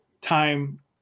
time